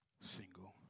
single